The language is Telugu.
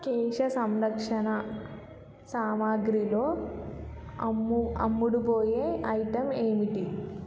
కేశ సంరక్షణ సామాగ్రిలో అమ్ము అమ్ముడుపోయే ఐటెం ఏమిటి